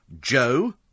Joe